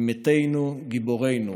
עם מתינו, גיבורינו.